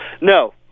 No